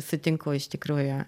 sutinku iš tikrųjų